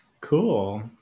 Cool